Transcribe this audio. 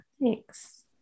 thanks